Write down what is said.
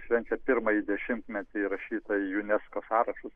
švenčia pirmąjį dešimtmetį įrašytą į unesco sąrašus